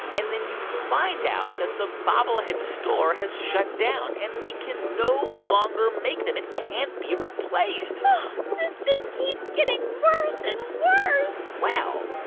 and then you find out that the bobblehead store has shut down and they can no longer make them. it can't be replaced this just keeps getting worse and worse well,